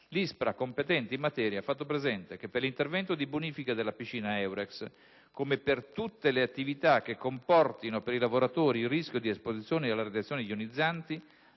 l'ISPRA, competente in materia, ha fatto presente che, per l'intervento di bonifica della piscina Eurex, come per tutte le attività che comportano per i lavoratori il rischio di esposizioni alle radiazioni ionizzanti,